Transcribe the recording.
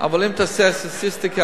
אם תעשה סטטיסטיקה,